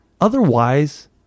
otherwise